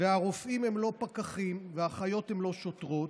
והרופאים הם לא פקחים, ואחיות הן לא שוטרות.